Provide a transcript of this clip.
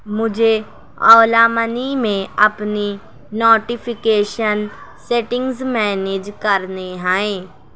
مجھے اولا منی میں اپنی نوٹیفیکیشن سیٹنگز مینیج کرنے ہیں